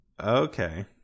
Okay